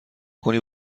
کنی